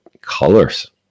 colors